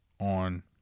on